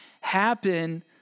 happen